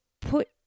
put